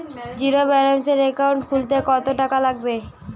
জিরোব্যেলেন্সের একাউন্ট খুলতে কত টাকা লাগবে?